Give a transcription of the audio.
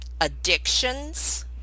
addictions